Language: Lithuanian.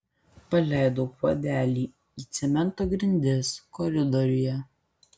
paleidau puodelį į cemento grindis koridoriuje